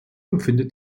empfindet